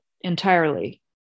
entirely